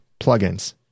plugins